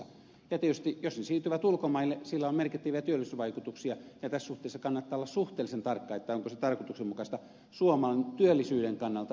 ja jos ne siirtyvät ulkomaille sillä on tietysti merkittäviä työllisyysvaikutuksia ja tässä suhteessa kannattaa olla suhteellisen tarkka onko se tarkoituksenmukaista suomalaisen työllisyyden ja hyvinvoinnin kannalta